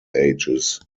ages